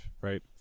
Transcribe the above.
right